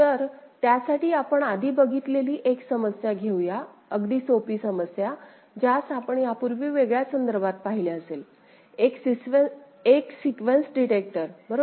तर त्यासाठी आपण आधी बघितलेली एक समस्या घेऊ या अगदी सोपी समस्या ज्यास आपण यापूर्वी वेगळ्या संदर्भात पाहिले असेल एक सिक्वेन्स डिटेक्टर बरोबर